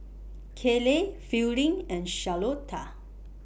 Kayley Fielding and Charlotta